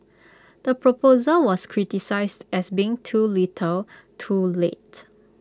the proposal was criticised as being too little too late